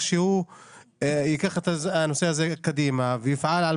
אני בטוח שהוא ייקח את הנושא הזה קדימה ויפעל על